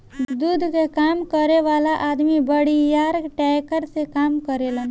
दूध कअ काम करे वाला अदमी बड़ियार टैंकर से काम करेलन